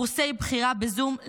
קורסי בחירה בזום,